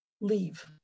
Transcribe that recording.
leave